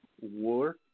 war